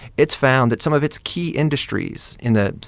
it's found that some of its key industries in the,